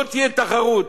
ולא תהיה תחרות.